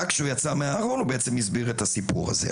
רק כשהוא יצא מהארון הוא בעצם הסביר את הסיפור הזה.